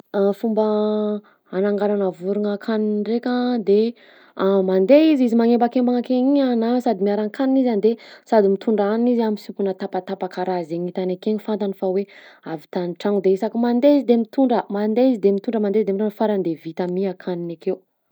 Fomba hananganana vorogna akaniny ndraika de: mandeha izy, izy magnembakembagna ake igny a na sady miaran-kanina izy a de sady mitondra hanina izy misimpona tapatapa karaha zay nitany akeny fantany fa hoe ahavitany tragno de isaky mandeha izy de mitondra, mandeha izy de mitondra, mandeha izy de mira- farany de vita mi akaniny akeo